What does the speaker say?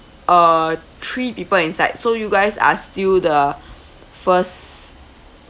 uh three people inside so you guys are still the first